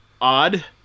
odd